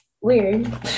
weird